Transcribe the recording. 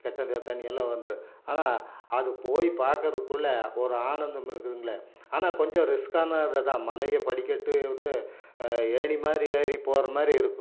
கெட்டது தண்ணியெல்லாம் வந்துடும் ஆனால் அது போய் பார்க்குறதுக்குள்ள ஒரு ஆனந்தம் இருக்குதுங்களே ஆனால் கொஞ்சம் ரிஸ்க்கான இது தான் மலையை படிக்கட்டு வந்து ஏணி மாதிரி ஏறி போற மாதிரி இருக்கும்